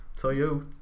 Toyota